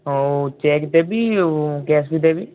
ହେଉ ଚେକ୍ ଦେବି କ୍ୟାସ୍ ବି ଦେବି